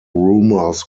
rumours